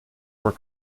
were